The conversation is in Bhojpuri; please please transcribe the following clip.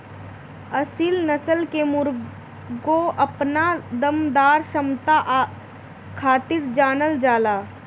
असील नस्ल के मुर्गा अपना दमदार क्षमता खातिर जानल जाला